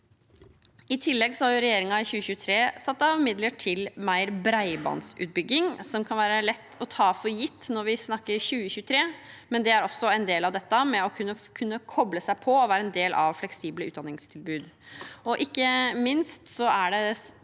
I tillegg har regjeringen i 2023 satt av midler til mer bredbåndsutbygging, som kan være lett å ta for gitt når vi snakker 2023, men det er også en del av det å kunne koble seg på og være en del av fleksible utdanningstilbud.